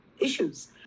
issues